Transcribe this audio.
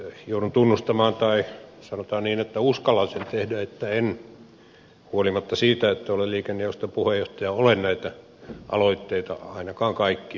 joudun tunnustamaan tai sanotaan niin että uskallan sen tehdä että huolimatta siitä että olen liikennejaoston puheenjohtaja en ole näitä aloitteita ainakaan kaikkia lukenut